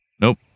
Nope